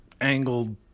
angled